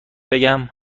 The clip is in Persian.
بگم